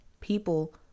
People